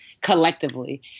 collectively